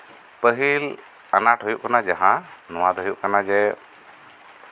ᱯᱟᱹᱦᱤᱞ ᱟᱱᱟᱴ ᱦᱩᱭᱩᱜ ᱠᱟᱱᱟ ᱡᱟᱸᱦᱟ ᱱᱚᱣᱟ ᱫᱚ ᱦᱩᱭᱩᱜ ᱠᱟᱱᱟ ᱡᱮ